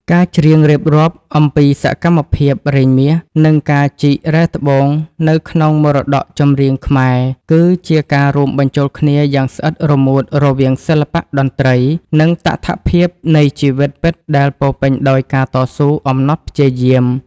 ការច្រៀងរៀបរាប់អំពីសកម្មភាពរែងមាស និងការជីករ៉ែត្បូងនៅក្នុងមរតកចម្រៀងខ្មែរ គឺជាការរួមបញ្ចូលគ្នាយ៉ាងស្អិតរមួតរវាងសិល្បៈតន្ត្រី និងតថភាពនៃជីវិតពិតដែលពោរពេញដោយការតស៊ូអំណត់ព្យាយាម។